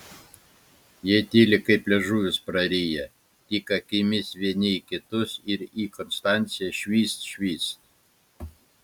jie tyli kaip liežuvius prariję tik akimis vieni į kitus ir į konstanciją švyst švyst